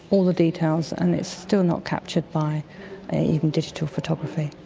all the details, and it's still not captured by even digital photography.